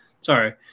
Sorry